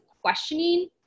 questioning